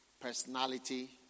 personality